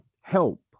help